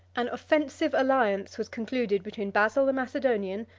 an offensive alliance was concluded between basil the macedonian,